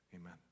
Amen